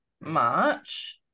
March